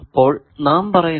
അപ്പോൾ നാം പറയുന്നു